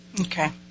Okay